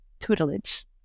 tutelage